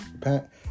Pat